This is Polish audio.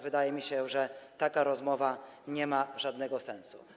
Wydaje mi się, że taka rozmowa nie ma żadnego sensu.